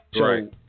Right